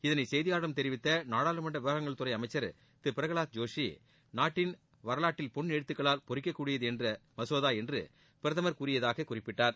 இதனை செய்தியாளர்களிடம் தெரிவித்த நாடாளுமன்ற விவகாரங்கள் துறை அமைச்சர் திரு பிரகவாத் ஜோஷி நாட்டின் வரவாற்றில் பொன் எழுத்துக்களால் பொறிக்கக்கூடியது இந்த மசோதா என்று பிரதமர் கூறியதாககுறிப்பிட்டார்